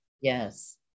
Yes